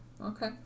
okay